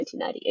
1998